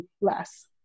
less